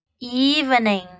evening